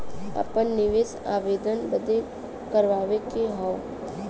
आपन निवेश आवेदन बन्द करावे के हौ?